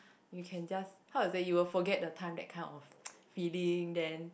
you can just how to say you will forget the time that kind of feeling then